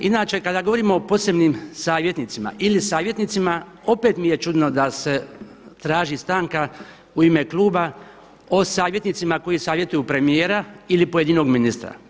Inače kada govorimo o posebnim savjetnicima ili savjetnicima opet mi je čudo da se traži stanka u ime kluba o savjetnicima koji savjetuju premijera ili pojedinog ministra.